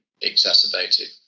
exacerbated